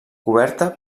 coberta